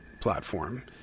platform